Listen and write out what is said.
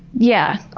yeah.